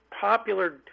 popular